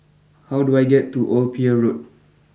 how do I get to Old Pier Road